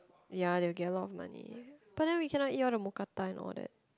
ya they will get a lot of money but then we cannot eat all the mookata and all that